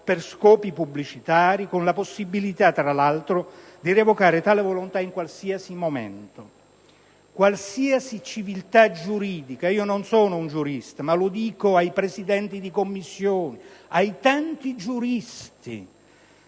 per scopi pubblicitari (con la possibilità, tra l'altro, di revocare tale volontà in qualsiasi momento). Qualsiasi civiltà giuridica - non sono un giurista, ma lo dico ai Presidenti di Commissione e ai tanti giuristi